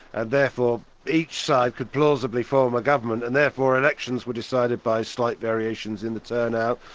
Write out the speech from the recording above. ah therefore each side could plausibly form a government, and therefore elections were decided by slight variations in the turn-out,